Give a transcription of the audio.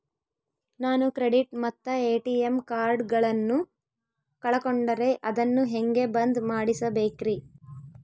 ನಾನು ಕ್ರೆಡಿಟ್ ಮತ್ತ ಎ.ಟಿ.ಎಂ ಕಾರ್ಡಗಳನ್ನು ಕಳಕೊಂಡರೆ ಅದನ್ನು ಹೆಂಗೆ ಬಂದ್ ಮಾಡಿಸಬೇಕ್ರಿ?